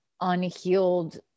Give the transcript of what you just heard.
unhealed